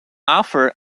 offer